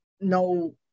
no